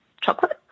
chocolate